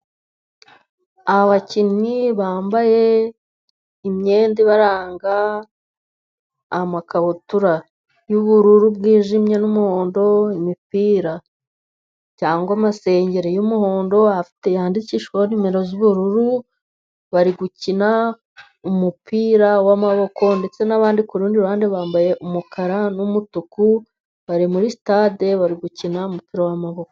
Abakinnyi bambaye imyenda ibaranga, amakabutura y'ubururu bwijimye n'umuhondo, imipira cyangwa amasengeri y'umuhondo yandikishijweho nimero z'ubururu, bari gukina umupira w'amaboko, ndetse n'abandi ku rundi ruhande bambaye umukara n'umutuku, bari muri sitade bari gukina umupira. w'amaboko.